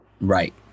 right